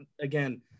again